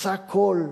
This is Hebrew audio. שא קול,